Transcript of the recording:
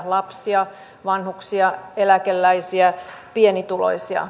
lapsia vanhuksia eläkeläisiä pienituloisia